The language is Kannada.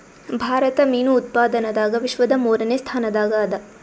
ಭಾರತ ಮೀನು ಉತ್ಪಾದನದಾಗ ವಿಶ್ವದ ಮೂರನೇ ಸ್ಥಾನದಾಗ ಅದ